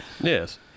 Yes